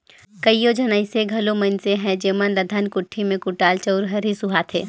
कइयो झन अइसे घलो मइनसे अहें जेमन ल धनकुट्टी में कुटाल चाँउर हर ही सुहाथे